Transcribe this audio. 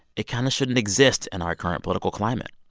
it kind of shouldn't exist in our current political climate.